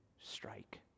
strike